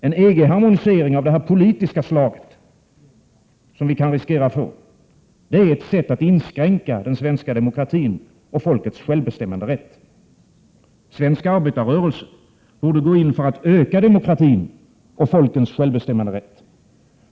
En EG-harmonisering av det politiska slag som vi nu riskerar att få är ett sätt att inskränka den svenska demokratin och folkets självbestämmanderätt. Svensk arbetarrörelse borde gå in för att öka demokratin och folkens självbestämmanderätt.